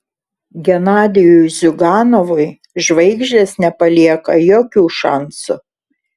genadijui ziuganovui žvaigždės nepalieka jokių šansų